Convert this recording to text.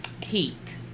Heat